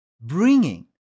bringing